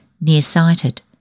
near-sighted